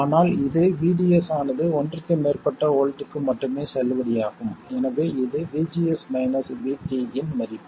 ஆனால் இது VDS ஆனது ஒன்றுக்கு மேற்பட்ட வோல்ட்க்கு மட்டுமே செல்லுபடியாகும் எனவே இது VGS மைனஸ் VT இன் மதிப்பு